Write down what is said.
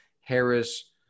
harris